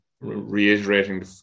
reiterating